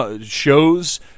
shows